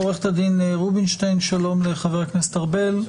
עורכת הדין רובינשטיין, בבקשה.